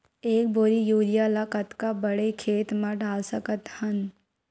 एक बोरी यूरिया ल कतका बड़ा खेत म डाल सकत हन?